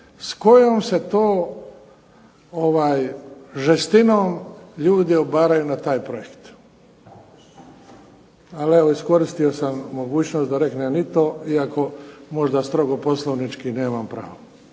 S kojom se to žestinom ljudi obaraju na taj projekt. Ali, evo iskoristio sam mogućnost da reknem i to iako možda strogo poslovnički nemam pravo.